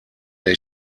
der